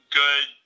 good